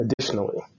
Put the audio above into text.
Additionally